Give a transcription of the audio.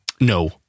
No